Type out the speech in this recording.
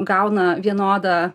gauna vienodą